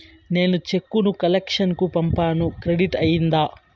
నేను చెక్కు ను కలెక్షన్ కు పంపాను క్రెడిట్ అయ్యిందా